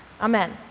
Amen